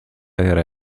era